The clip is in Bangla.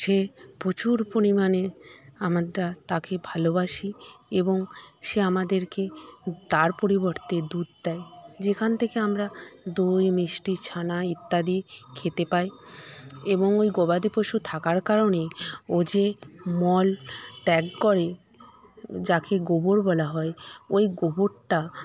সে প্রচুর পরিমানে আমরা তাকে ভালোবাসি এবং সে আমাদেরকে তার পরিবর্তে দুধ দেয় যেখান থেকে আমরা দই মিষ্টি ছানা ইত্যাদি খেতে পাই এবং গবাদি পশু থাকার কারণে ও যে মল ত্যাগ করে যাকে গোবর বলা হয় ওই গোবরটা